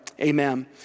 amen